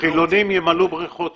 החילונים ימלאו בריכות שם,